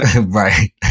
Right